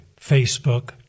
Facebook